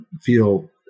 feel